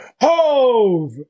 HOVE